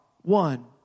one